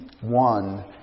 one